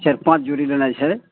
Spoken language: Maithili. चारि पॉँच जोड़ी लेनाइ छै